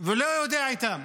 ולא יודע אותם,